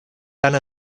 tant